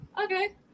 okay